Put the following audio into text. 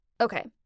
Okay